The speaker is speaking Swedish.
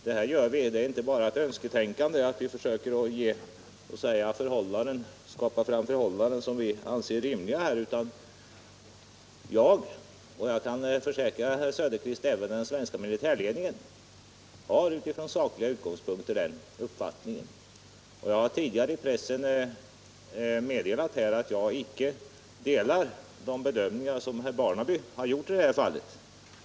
Det är inte bara uttryck för ett önsketänkande att vi försöker skapa förhållanden som vi anser rimliga, utan jag — och jag kan försäkra herr Söderqvist även den svenska militärledningen — har utifrån sakliga utgångspunkter kommit till den uppfattningen. Jag har tidigare i pressen meddelat att jag icke delar de bedömningar som herr Barnaby har gjort i detta fall.